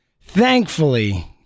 thankfully